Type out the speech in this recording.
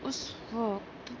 اس وقت